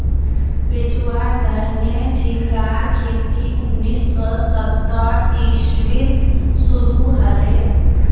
बेचुवार तने झिंगार खेती उन्नीस सौ सत्तर इसवीत शुरू हले